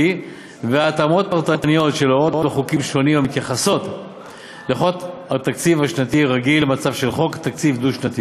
והתאמות פרטניות של הוראות וחוקים שונים המתייחסות לחוק תקציב שנתי